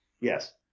Yes